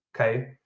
Okay